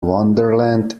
wonderland